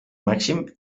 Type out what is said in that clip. màxim